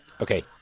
Okay